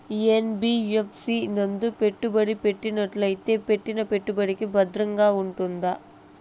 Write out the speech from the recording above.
NBFC నందు పెట్టుబడి పెట్టినట్టయితే పెట్టిన పెట్టుబడికి భద్రంగా ఉంటుందా?